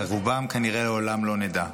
על רובם כנראה לעולם לא נדע,